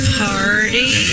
party